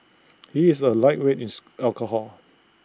he is A lightweight in alcohol